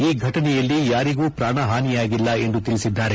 ಈ ಘಟನೆಯಲ್ಲಿ ಯಾರಿಗೂ ಪ್ರಾಣ ಹಾನಿಯಾಗಿಲ್ಲ ಎಂದು ತಿಳಿಸಿದ್ದಾರೆ